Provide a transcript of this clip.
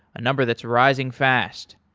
a number that's rising fast.